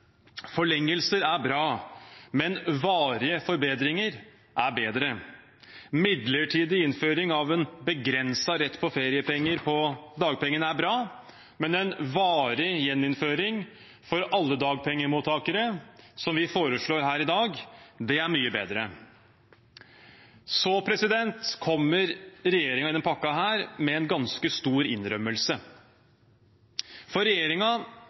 Forlengelser er bra, men varige forbedringer er bedre. Midlertidig innføring av en begrenset rett til feriepenger av dagpengene er bra, men en varig gjeninnføring for alle dagpengemottakere, som vi foreslår her i dag, er mye bedre. Regjeringen kommer i og med denne pakken med en ganske god innrømmelse.